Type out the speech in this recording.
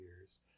years